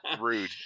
Rude